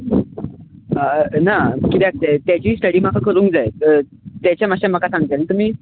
ह ना कित्याक ते तेजीय स्टडी म्हाका करूंक जाय तेचे म्हाका सांगतले तुमी